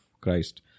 Christ